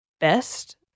best